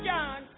John